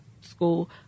school